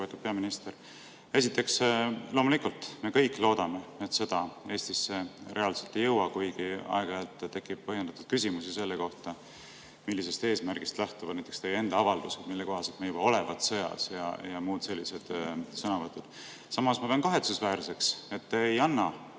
peaminister! Esiteks, loomulikult me kõik loodame, et sõda Eestisse reaalselt ei jõua, kuid aeg-ajalt tekib põhjendatud küsimusi selle kohta, millisest eesmärgist lähtuvad näiteks teie enda avaldused, mille kohaselt me juba olevat sõjas, ja muud sellised sõnavõtud. Samas ma pean kahetsusväärseks, et te ei anna,